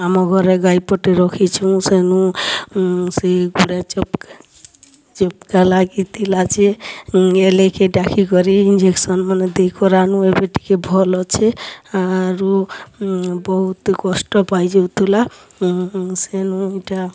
ଆମ ଘରେ ଗାଈ ପଟେ ରଖିଛୁଁ ସେନୁ ସେ ଗୁଡ଼େ ଚପ୍କା ଲାଗିଥିଲା ଯେ କେ ଡ଼ାକିକରି ଇଞ୍ଜେକସନ୍ ମାନେ ଦେଇ କରାଲୁଁ ଏବେ ଟିକେ ଭଲ୍ ଅଛେ ଆରୁ ବହୁତ୍ କଷ୍ଟ୍ ପାଇ ଯାଉଥିଲା ସେନୁ ଇ'ଟା